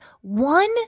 one